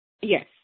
Yes